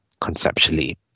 conceptually